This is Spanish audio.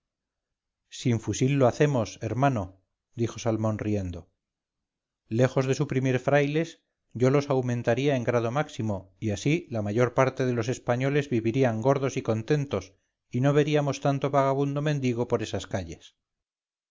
sin fusil lo hacemos hermano dijo salmón riendo lejos de suprimir frailes yo los aumentaría en grado máximo y así la mayor parte de los españoles vivirían gordos y contentos y no veríamos tanto vagabundo mendigo por esas calles